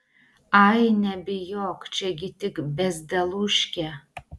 ai nebijok čia gi tik bezdelūškė